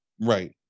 Right